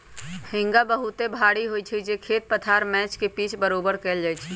हेंगा बहुते भारी होइ छइ जे खेत पथार मैच के पिच बरोबर कएल जाइ छइ